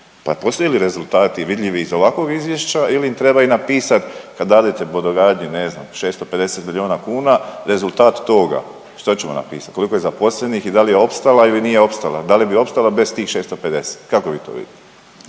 Pa postoje li rezultati vidljivi iz ovakvog izvješća ili im treba i napisat kad dadete brodogradnji ne znam 650 miliona kuna rezultat toga, što ćemo napisat koliko je zaposlenih i da li e opstala ili nije opstala, da li bi opstala bez tih 650? Kako vi to vidite?